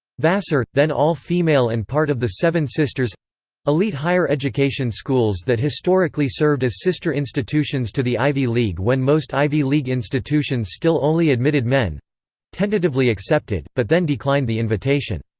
vassar, then all-female and part of the seven sisters elite higher education schools that historically served as sister institutions to the ivy league when most ivy league institutions still only admitted men tentatively accepted, but then declined the invitation.